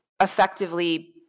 effectively –